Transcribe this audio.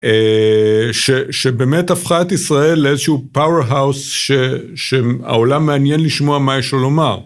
שבאמת הפכה את ישראל לאיזשהו power house שהעולם מעניין לשמוע מה יש לו לומר.